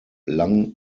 lang